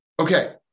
Okay